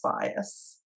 bias